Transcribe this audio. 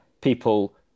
people